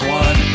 one